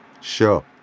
Sure